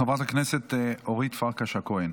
חברת הכנסת אורית פרקש הכהן,